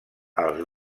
els